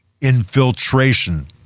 Infiltration